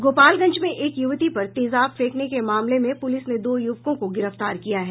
गोपालगंज में एक युवती पर तेजाब फेकने के मामले में पुलिस ने दो युवकों को गिरफ्तार किया है